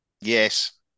yes